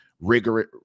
rigorous